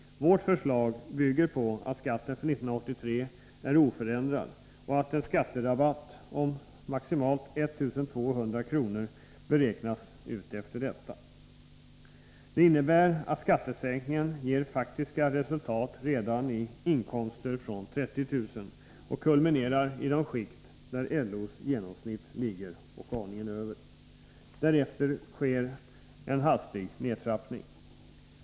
Vårt skatteförslag bygger på att skatten för 1983 är oförändrad och att en skatterabatt om maximalt 1 200 kr. beräknas utefter detta. Det innebär att skattesänkningen ger faktiska resultat redan i inkomster från 30 000 kr. och kulminerar i de skikt där LO:s genomsnitt ligger, och aningen över. Därefter sker en hastig nedtrappning.